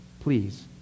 Please